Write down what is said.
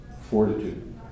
fortitude